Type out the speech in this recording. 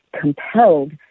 compelled